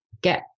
get